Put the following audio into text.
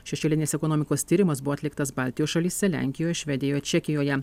šešėlinės ekonomikos tyrimas buvo atliktas baltijos šalyse lenkijoje švedijoje čekijoje